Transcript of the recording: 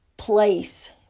Place